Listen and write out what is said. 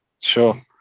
Sure